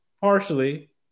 partially